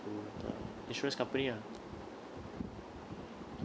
to the insurance company ah